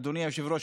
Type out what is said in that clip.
אדוני היושב-ראש,